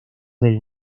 del